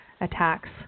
attacks